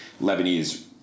Lebanese